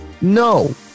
No